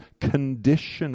condition